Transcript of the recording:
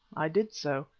i did so.